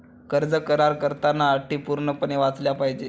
कर्ज करार करताना अटी पूर्णपणे वाचल्या पाहिजे